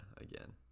again